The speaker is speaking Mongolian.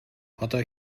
одоо